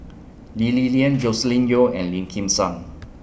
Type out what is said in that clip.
Lee Li Lian Joscelin Yeo and Lim Kim San